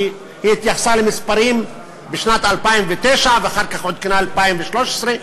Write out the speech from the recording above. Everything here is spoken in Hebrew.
כי היא התייחסה למספרים בשנת 2009 ואחר כך עודכנה ל-2013.